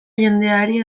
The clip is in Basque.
jendeari